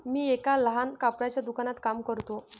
मी एका लहान कपड्याच्या दुकानात काम करतो